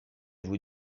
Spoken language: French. vous